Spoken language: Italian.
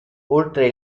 oltre